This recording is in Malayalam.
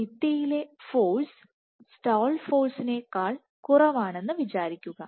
ഭിത്തിയിലെ ഫോഴ്സ് സ്റ്റാൾ ഫോഴ്സിനേക്കാൾ കുറവാണെന്ന് വിചാരിക്കുക